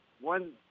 one